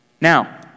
Now